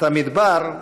את המדבר,